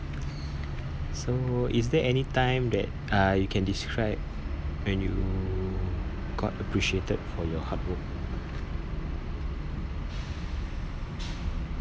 so is there any time that uh you can describe when you got appreciated for your hard work